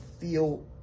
feel